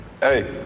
hey